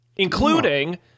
Including